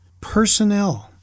personnel